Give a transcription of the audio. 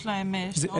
ארבע יחידות באשכול.